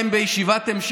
אולי הם בישיבת המשך,